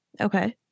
Okay